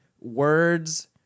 words